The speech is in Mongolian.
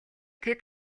тэд